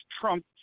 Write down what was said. Trump